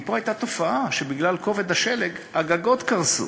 ופה הייתה תופעה שבגלל כובד השלג הגגות קרסו,